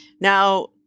Now